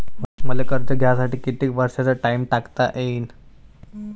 मले कर्ज घ्यासाठी कितीक वर्षाचा टाइम टाकता येईन?